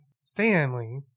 Stanley